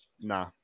nah